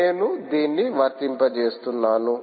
నేను దీన్ని వర్తింపజేస్తున్నాను